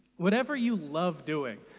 whatever you love doing.